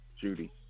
Judy